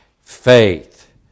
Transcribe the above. faith